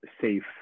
safe